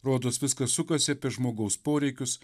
rodos viskas sukasi apie žmogaus poreikius